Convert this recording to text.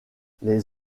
les